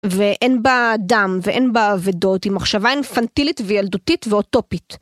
ואין בה דם ואין בה אבדות, היא מחשבה אינפנטילית וילדותית ואוטופית.